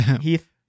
Heath